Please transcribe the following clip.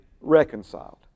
reconciled